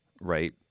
right